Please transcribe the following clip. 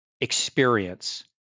experience